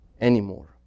anymore